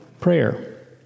prayer